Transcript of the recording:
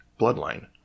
bloodline